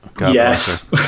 Yes